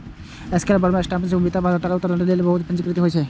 scalable startup उद्यमिता के धरातल पर उतारै लेल बहुत पूंजी के जरूरत होइ छै